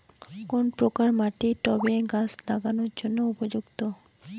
কোন প্রকার মাটি টবে গাছ লাগানোর জন্য উপযুক্ত?